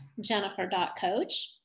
jennifer.coach